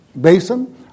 Basin